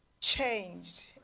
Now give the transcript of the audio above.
changed